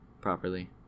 properly